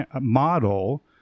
model